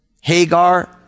Hagar